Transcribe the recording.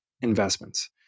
Investments